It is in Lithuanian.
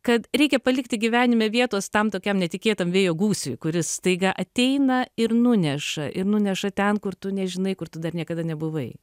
kad reikia palikti gyvenime vietos tam tokiam netikėtam vėjo gūsiui kuris staiga ateina ir nuneša ir nuneša ten kur tu nežinai kur tu dar niekada nebuvai